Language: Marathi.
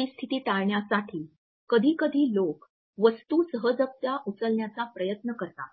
ही परिस्थिती टाळण्यासाठी कधीकधी लोक वस्तू सहजगत्या उचलण्याचा प्रयत्न करतात